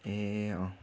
ए अँ